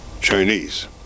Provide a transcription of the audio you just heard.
Chinese